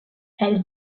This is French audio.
elle